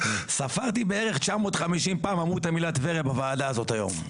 ספרתי בערך 950 פעם אמרו את המילה 'טבריה' בוועדה הזאת היום.